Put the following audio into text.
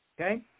Okay